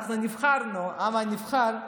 אנחנו נבחרנו, העם הנבחר.